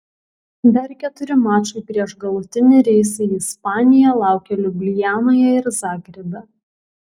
dar keturi mačai prieš galutinį reisą į ispaniją laukia liublianoje ir zagrebe